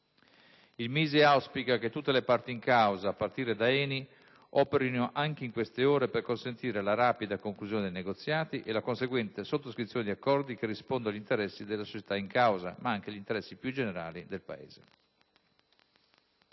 economico auspica che tutte le parti in causa, a partire da ENI, operino anche in queste ore per consentire la rapida conclusione dei negoziati e la conseguente sottoscrizione di accordi che rispondano agli interessi delle società in causa, ma anche agli interessi più generali del Paese.